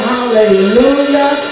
Hallelujah